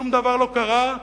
שום דבר לא קרה.